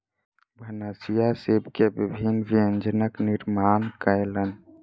भनसिया सीप के विभिन्न व्यंजनक निर्माण कयलैन